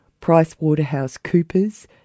PricewaterhouseCoopers